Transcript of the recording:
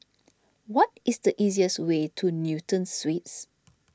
what is the easiest way to Newton Suites